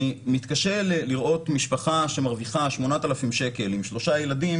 אני מתקשה לראות משפחה שמרוויחה 8,000 שקל עם שלושה ילדים